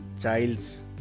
child's